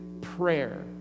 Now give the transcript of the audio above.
Prayer